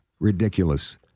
Ridiculous